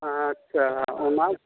ᱟᱪ ᱪᱷᱟ ᱚᱱᱟᱜᱮ